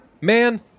man